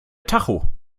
tacho